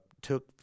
took